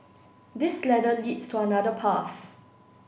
this ladder leads to another path